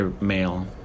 male